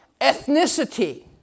ethnicity